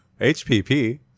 HPP